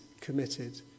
committed